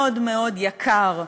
מאוד מאוד יקר.